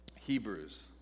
Hebrews